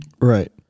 Right